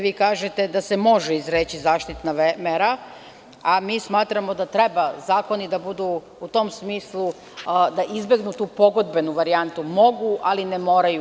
Vi kažete da se može izreći zaštitna mera, a mi smatramo da zakoni treba u tom smislu da izbegnu tu pogodbenu varijantu – mogu, ali ne moraju.